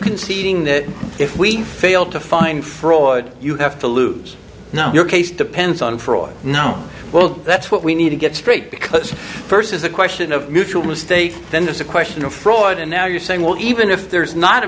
conceding that if we fail to find fraud you have to lose your case depends on fraud no well that's what we need to get straight because first is the question of mutual estate then there's a question of fraud and now you're saying won't even if there's not a